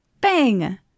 bang